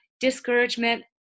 discouragement